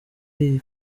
iyi